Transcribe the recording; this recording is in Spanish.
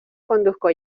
conduzco